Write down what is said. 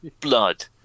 Blood